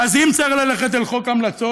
ואז, אם צריך ללכת אל חוק ההמלצות,